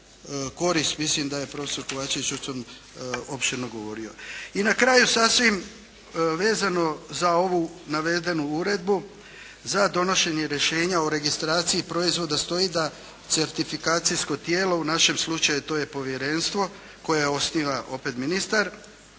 Mislim da je profesor Kovačević o tom opširno govorio. I na kraju sasvim vezano za ovu navedenu uredbu za donošenje rješenja o registraciji proizvoda stoji da certifikacijsko tijelo, u našem slučaju to je povjerenstvo koje osniva opet ministar,